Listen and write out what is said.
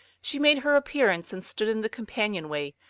she made her appearance and stood in the companion-way,